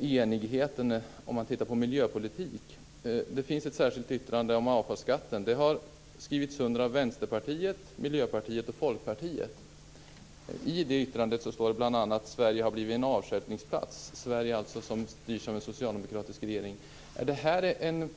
enigheten sett till miljöpolitiken. I betänkandet finns det ett särskilt yttrande om avfallsskatten och det har skrivits under av Vänsterpartiet, Miljöpartiet och Folkpartiet. I detta yttrande står det bl.a. att Sverige har blivit en avstjälpningsplats - Sverige som styrs av en socialdemokratisk regering.